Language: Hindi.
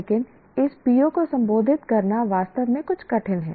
लेकिन इस PO को संबोधित करना वास्तव में कुछ कठिन है